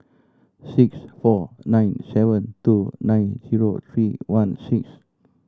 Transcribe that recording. six four nine seven two nine zero three one six